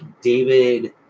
David